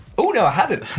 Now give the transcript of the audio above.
oh no, i hadn't.